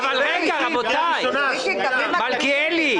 --- מלכיאלי,